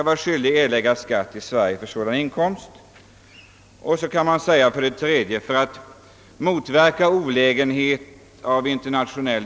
Man medger alltså att det finns fall där ett sådant kan vara berättigat.